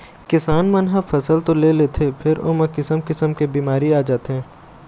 किसान मन ह फसल तो ले लेथे फेर ओमा किसम किसम के बिमारी आ जाथे